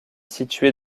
située